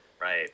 Right